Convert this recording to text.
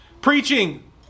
preaching